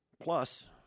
plus